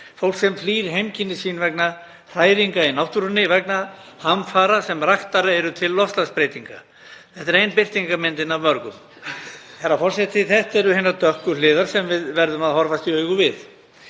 fólk sem flýr heimkynni sín vegna hræringa í náttúrunni, vegna hamfara sem raktar eru til loftslagsbreytinga. Þetta er ein birtingarmyndin af mörgum. Herra forseti. Þetta eru hinar dökku hliðar sem við verðum að horfast í augu við.